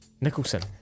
Nicholson